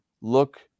look